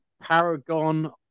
paragon